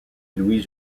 louis